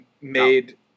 made